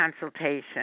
consultation